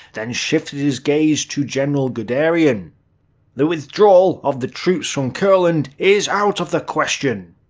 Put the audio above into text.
then shifted his gaze to general guderian the withdrawal of the troops from kurland is out of the question!